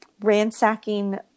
ransacking